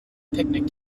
picnic